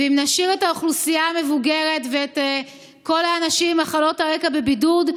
ואם נשאיר את האוכלוסייה המבוגרת ואת כל האנשים עם מחלות הרקע בבידוד,